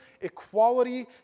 equality